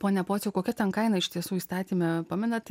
pone pociau kokia ten kaina iš tiesų įstatyme pamenat